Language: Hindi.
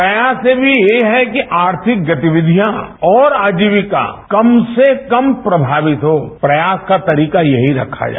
प्रयास अभी ये है कि आर्थिक गतिविधियां और आजीविका कम से कम प्रमावित हो प्रयास का तरीका ये ही रखा जाय